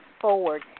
forward